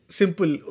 simple